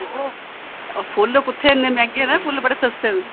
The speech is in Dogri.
फुल्ल कुत्थें इन्ने मैहंगे न फुल्ल बड़े सस्ते न